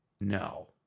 No